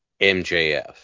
MJF